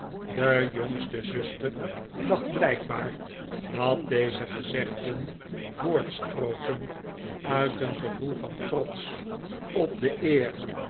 de jongste zuster dacht blijkbaar dat deze gezegden voortsproten uit een gevoel van trots op de eer